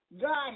God